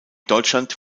deutschland